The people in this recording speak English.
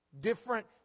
Different